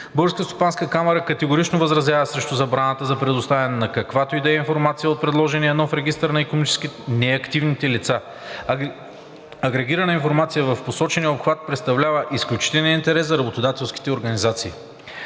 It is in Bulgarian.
Българската стопанска камара категорично възразява срещу забраната за предоставяне на каквато и да е информация от предложения нов регистър на икономически неактивните лица. Агрегирана информация в посочения обхват представлява изключителен интерес за работодателските организации.